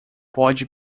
pode